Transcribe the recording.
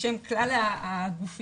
בשם כלל הגופים,